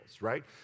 right